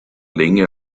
länge